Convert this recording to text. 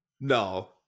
No